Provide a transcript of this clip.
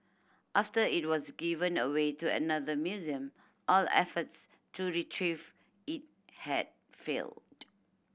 after it was given away to another museum all efforts to retrieve it had failed